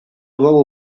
bou